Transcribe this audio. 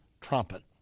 trumpet